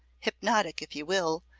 hypnotic, if you will,